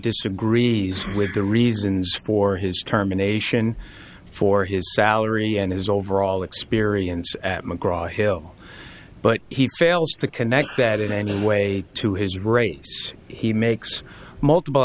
disagree with the reasons for his terminations for his salary and his overall experience at mcgraw hill but he fails to connect that in any way to his race he makes multiple